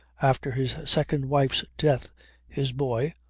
after his second wife's death his boy,